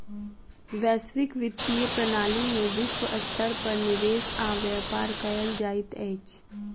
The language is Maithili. वैश्विक वित्तीय प्रणाली में विश्व स्तर पर निवेश आ व्यापार कयल जाइत अछि